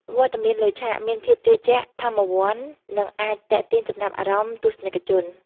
វត្តមានលើឆាក មានភាពជឿជាក់ ថាមវន្ត និងអាចទាក់ទាញចំណាប់អារម្មណ៍ទស្សនិកជន។